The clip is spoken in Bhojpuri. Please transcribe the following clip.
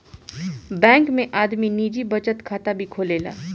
बैंक में आदमी निजी बचत खाता भी खोलेला